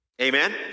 Amen